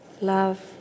love